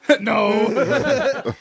No